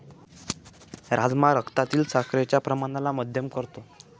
राजमा रक्तातील साखरेच्या प्रमाणाला मध्यम करतो